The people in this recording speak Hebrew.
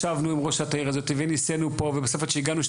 ישבנו עם ראשת העיר הזאת וניסינו פה ובסוף עד שהגענו,